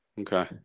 Okay